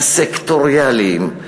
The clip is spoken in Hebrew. הסקטוריאליים,